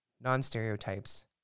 non-stereotypes